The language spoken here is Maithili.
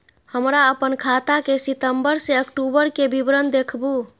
हमरा अपन खाता के सितम्बर से अक्टूबर के विवरण देखबु?